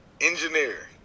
Engineer